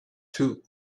two